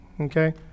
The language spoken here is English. okay